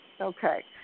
Okay